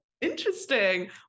interesting